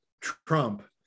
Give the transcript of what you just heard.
Trump